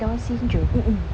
down syndrome